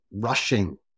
rushing